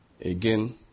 again